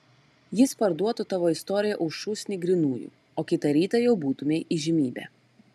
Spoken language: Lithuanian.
jis parduotų tavo istoriją už šūsnį grynųjų o kitą rytą jau būtumei įžymybė